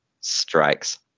strikes